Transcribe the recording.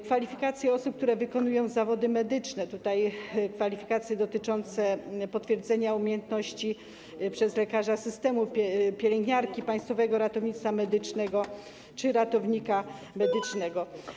Kwalifikacje osób, które wykonują zawody medyczne, tutaj kwalifikacje dotyczące potwierdzenia umiejętności przez lekarza systemu, pielęgniarki Państwowego Ratownictwa Medycznego czy ratownika medycznego.